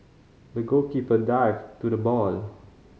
the goalkeeper dived to the ball